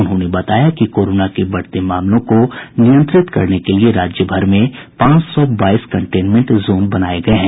उन्होंने बताया कि कोरोना के बढ़ते मामलों को नियंत्रित करने के लिए राज्य भर में पांच सौ बाईस कंटेनमेंट जोन बनाये गये हैं